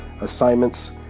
assignments